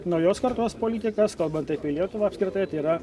naujos kartos politikas kalbant apie lietuvą apskritai tai yra